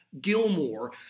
gilmore